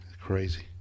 Crazy